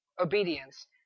obedience